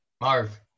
Marv